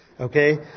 Okay